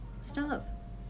Stop